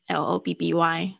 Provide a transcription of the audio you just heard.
l-o-b-b-y